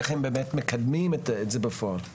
איך הם מקדמים את זה בפועל.